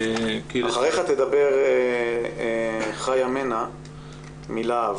אחריך תדבר חיה מנע מלהב,